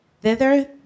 thither